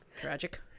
tragic